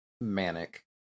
manic